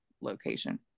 location